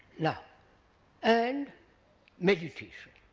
yeah and meditation.